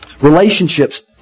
Relationships